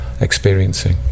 experiencing